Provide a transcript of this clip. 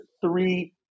three